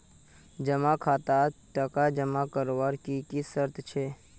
जमा खातात टका जमा करवार की की शर्त छे?